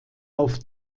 auf